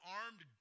armed